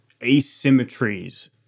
asymmetries